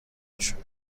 گشود